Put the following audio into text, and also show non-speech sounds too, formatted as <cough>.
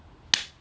<noise>